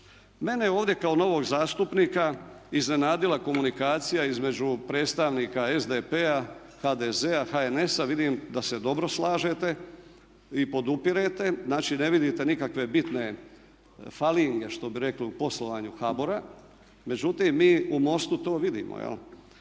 Mene ovdje kao novog zastupnika iznenadila komunikacija između predstavnika SDP-a, HDZ-a, HNS-a. Vidim da se dobro slažete i podupirete, znači ne vidite nikakve bitne falinge što bi rekli u poslovanju HBOR-a. Međutim, mi u MOST-u to vidimo. U